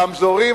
ברמזורים,